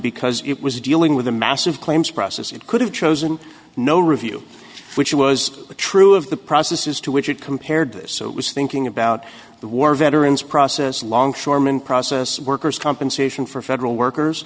because it was dealing with a massive claims process it could have chosen no review which was true of the processes to which it compared this so it was thinking about the war veterans process longshoreman process workers compensation for federal workers